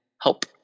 help